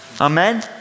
Amen